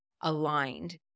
aligned